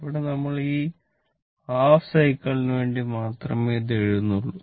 ഇവിടെ നമ്മൾ ഈ ഹാഫ് സൈക്ലിളിനു വേണ്ടി മാത്രമേ ഇത് എഴുതുന്നുള്ളു